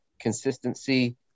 consistency